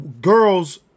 girls